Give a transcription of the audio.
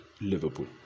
Liverpool